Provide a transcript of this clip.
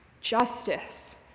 justice